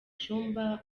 cyumba